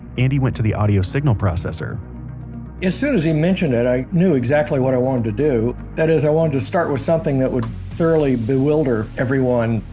andy went to the audio signal processor as soon as he mentioned it i knew exactly what i wanted to do. that is i wanted to start with something that would thoroughly bewilder everyone,